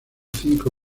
cinco